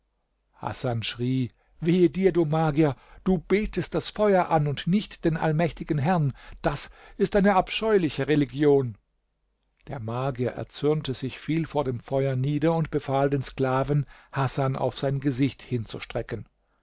hasan schrie wehe dir du magier du betest das feuer an und nicht den allmächtigen herrn das ist eine abscheuliche religion der magier erzürnte sich fiel vor dem feuer nieder und befahl den sklaven hasan auf sein gesicht hinzustrecken